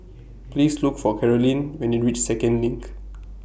Please Look For Carolyne when YOU REACH Second LINK